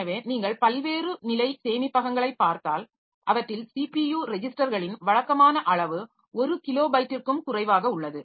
எனவே நீங்கள் பல்வேறு நிலை சேமிப்பகங்களைப் பார்த்தால் அவற்றில் சிபியு ரெஜிஸ்டர்களின் வழக்கமான அளவு 1 கிலோபைட்டிற்கும் குறைவாக உள்ளது